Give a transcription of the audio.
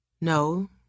No